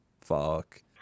Fuck